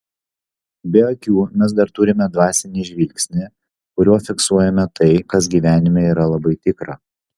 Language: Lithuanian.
be akių mes dar turime dvasinį žvilgsnį kuriuo fiksuojame tai kas gyvenime yra labai tikra